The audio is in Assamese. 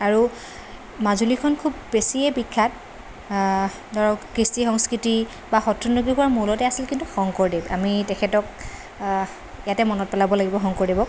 আৰু মাজুলীখন খুব বেছিয়ে বিখ্যাত ধৰক কৃষ্টি সংস্কৃতি বা সত্ৰনগৰী হোৱাৰ মূলতে আছিল কিন্তু শংকৰদেৱ আমি তেখেতক ইয়াতে মনত পেলাব লাগিব শংকৰদেৱক